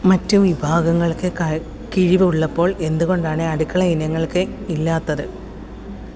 മറ്റു വിഭാഗങ്ങൾക്ക് ക കിഴിവ് ഉള്ളപ്പോൾ എന്തുകൊണ്ടാണ് അടുക്കള ഇനങ്ങൾക്ക് ഇല്ലാത്തത്